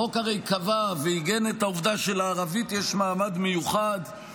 החוק הרי קבע ועיגן את העובדה שלערבית יש מעמד מיוחד,